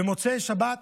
במוצאי שבת